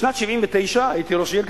בשנת 1979 הייתי ראש עיר,